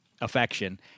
affection